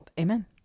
Amen